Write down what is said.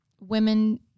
women